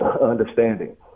understanding